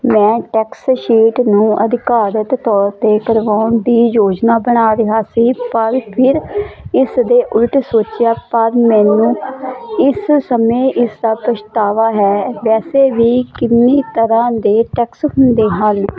ਮੈਂ tax sheet ਨੂੰ ਅਧਿਕਾਰਤ ਤੌਰ 'ਤੇ ਕਰਵਾਉਣ ਦੀ ਯੋਜਨਾ ਬਣਾ ਰਿਹਾ ਸੀ ਪਰ ਫਿਰ ਇਸਦੇ ਉਲਟ ਸੋਚਿਆ ਪਰ ਮੈਨੂੰ ਇਸ ਸਮੇਂ ਇਸਦਾ ਪਛਤਾਵਾ ਹੈ ਵੈਸੇ ਵੀ ਕਿੰਨੀ ਤਰ੍ਹਾਂ ਦੇ ਟੈਕਸ ਹੁੰਦੇ ਹਨ